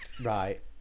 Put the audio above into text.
Right